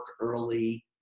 early